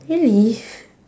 really